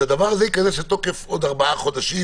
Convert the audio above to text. שהדבר הזה ייכנס לתוקף עוד ארבעה חודשים,